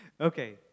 Okay